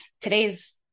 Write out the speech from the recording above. today's